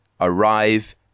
arrive